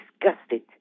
disgusted